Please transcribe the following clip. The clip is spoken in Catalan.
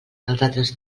altres